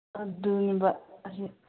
ꯑꯗꯨꯅꯦꯕ ꯑꯗꯨ